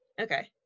Okay